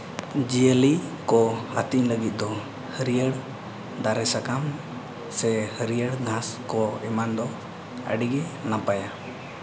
ᱡᱤᱭᱟᱹᱞᱤ ᱠᱚ ᱟᱹᱛᱤᱧ ᱞᱟᱹᱜᱤᱫ ᱫᱚ ᱦᱟᱹᱨᱭᱟᱹᱲ ᱫᱟᱨᱮ ᱥᱟᱠᱟᱢ ᱥᱮ ᱦᱟᱹᱨᱭᱟᱹᱲ ᱜᱷᱟᱸᱥ ᱠᱚ ᱮᱢᱟᱱ ᱫᱚ ᱟᱹᱰᱤ ᱜᱮ ᱱᱟᱯᱟᱭᱟ